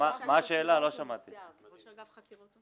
אם אנחנו לוקחים רק את המכפלות הישראליות,